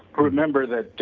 remember that,